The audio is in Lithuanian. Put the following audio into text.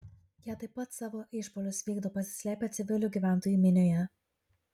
jie taip pat savo išpuolius vykdo pasislėpę civilių gyventojų minioje